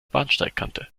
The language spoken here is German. bahnsteigkante